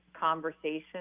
conversation